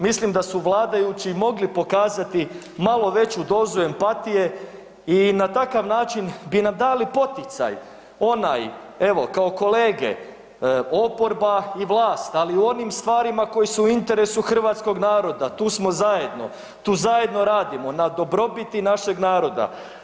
Mislim da su vladajući mogli pokazati malo veću dozu empatije i na takav način bi nam dali poticaj, onaj, evo kao kolege oporba i vlast, ali u onim stvarima koje su u interesu hrvatskog naroda, tu smo zajedno, tu zajedno radimo na dobrobiti našeg naroda.